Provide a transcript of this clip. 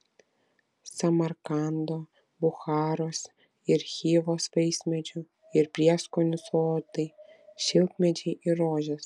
samarkando bucharos ir chivos vaismedžių ir prieskonių sodai šilkmedžiai ir rožės